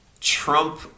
Trump